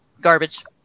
garbage